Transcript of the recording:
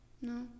No